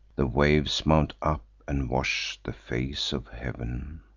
the waves mount up and wash the face of heav'n.